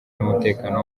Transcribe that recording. n’umutekano